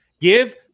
Give